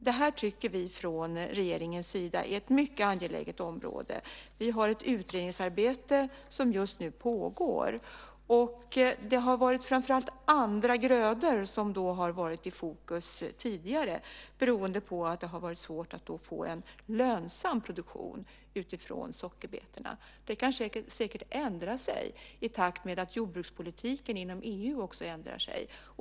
Det här tycker vi från regeringens sida är ett mycket angeläget område. Vi har ett utredningsarbete som just nu pågår. Det har framför allt varit andra grödor som har stått i fokus tidigare beroende på att det har varit svårt att få en lönsam produktion utifrån sockerbetorna. Det kan säkert ändra sig i takt med att jordbrukspolitiken inom EU också ändrar sig.